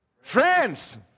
Friends